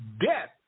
death